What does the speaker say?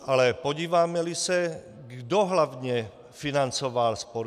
Ale podívámeli se, kdo hlavně financoval sport?